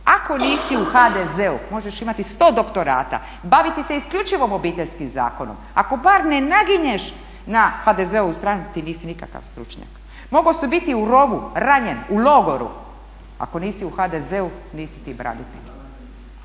Ako nisi u HDZ-u možeš imati 100 doktorata, baviti se isključivo Obiteljskim zakonom ako bar ne naginješ na HDZ-ovu stranu ti nisi nikakav stručnjak. Mogao si biti u rovu, ranjen, u logoru, ako nisi u HDZ-u nisi ti branitelj.